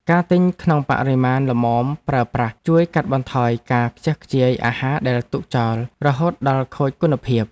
ការទិញក្នុងបរិមាណល្មមប្រើប្រាស់ជួយកាត់បន្ថយការខ្ជះខ្ជាយអាហារដែលទុកចោលរហូតដល់ខូចគុណភាព។